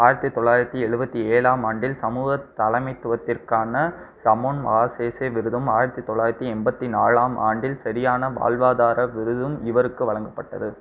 ஆயரத்து தொள்ளாயிரத்து எழுபத்தி ஏழாம் ஆண்டில் சமூக தலைமைத்துவத்திற்கான ரமோன் மகசேசே விருதும் ஆயிரத்து தொள்ளாயிரத்து எம்பத்தி நாலாம் ஆண்டில் சரியான வாழ்வாதார விருதும் இவருக்கு வழங்கப்பட்டது